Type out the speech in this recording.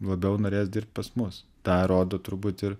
labiau norės dirbt pas mus tą rodo turbūt ir